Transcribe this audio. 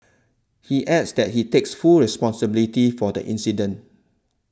he adds that he takes full responsibility for the incident